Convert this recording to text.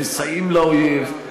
מסייעים לאויב,